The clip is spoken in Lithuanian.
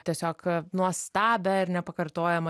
tiesiog nuostabią ir nepakartojamą